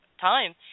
time